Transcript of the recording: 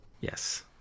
yes